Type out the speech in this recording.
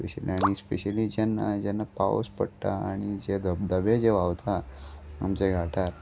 specially आनी specially जेन्ना जेन्ना पावस पडटा आनी जे धबधबे जे व्हांवता आमच्या घाटार